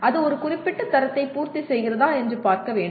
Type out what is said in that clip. அது ஒரு குறிப்பிட்ட தரத்தை பூர்த்தி செய்கிறதா என்று பார்க்கவேண்டும்